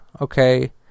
okay